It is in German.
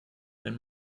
wenn